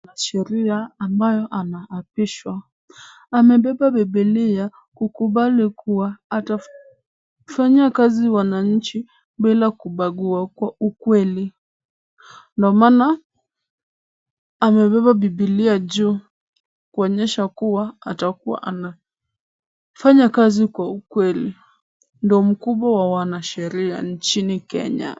Mwanasheria ambaye anaapishwa amebeba bibilia kukubali kuwa atafanyia kazi wananchi bila kubagua, kwa ukweli. Ndo maana amebeba bibilia juu kuonyesha kuwa atakuwa anafanya kazi kwa ukweli. Ndo mkubwa wa wanasheria nchini Kenya.